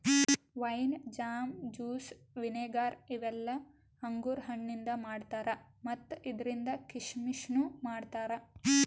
wine, jam, juice, vinegar ಇವೆಲ್ಲ ಅಂಗುರ್ ಹಣ್ಣಿಂದ್ ಮಾಡ್ತಾರಾ ಮತ್ತ್ ಇದ್ರಿಂದ್ ಕೀಶಮಿಶನು ಮಾಡ್ತಾರಾ